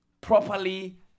properly